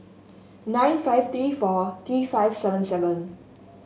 nine five three four three five seven seven